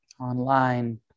online